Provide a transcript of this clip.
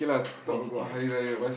visiting right